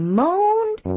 moaned